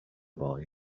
boy